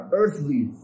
earthly